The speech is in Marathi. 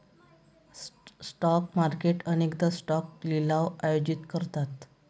स्टॉक मार्केट अनेकदा स्टॉक लिलाव आयोजित करतात